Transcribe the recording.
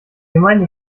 gemeinde